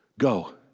Go